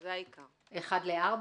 1 ל-4?